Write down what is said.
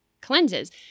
cleanses